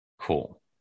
Cool